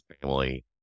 family